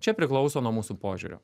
čia priklauso nuo mūsų požiūrio